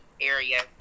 area